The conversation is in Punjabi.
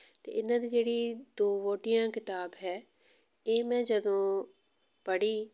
ਅਤੇ ਇਹਨਾਂ ਦੀ ਜਿਹੜੀ ਦੋ ਵਹੁਟੀਆਂ ਕਿਤਾਬ ਹੈ ਇਹ ਮੈਂ ਜਦੋਂ ਪੜ੍ਹੀ